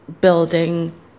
building